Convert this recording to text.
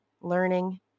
learning